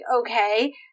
okay